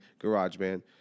GarageBand